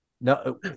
no